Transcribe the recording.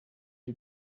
die